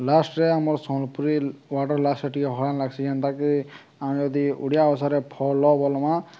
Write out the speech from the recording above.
ଲାଷ୍ଟ୍ରେ ଆମର ସୋନପୁରୀ ୱାର୍ଡ଼ର ଲାଷ୍ଟରେ ଟିକେ ହଳନ୍ତ ଲାଗ୍ସି ଯେନ୍ତାକି ଆମେ ଯଦି ଓଡ଼ିଆ ଭାଷାରେ ଫଳ ବୋଲମା